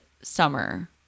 summer